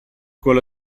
quello